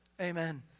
Amen